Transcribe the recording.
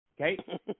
okay